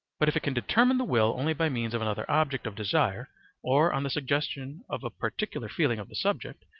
but if it can determine the will only by means of another object of desire or on the suggestion of a particular feeling of the subject,